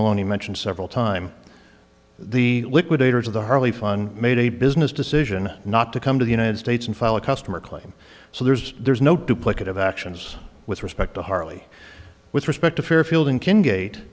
maloney mentioned several time the liquidators of the harley fun made a business decision not to come to the united states and file a customer claim so there's there's no duplicate of actions with respect to harley with respect to fairfield and kin gate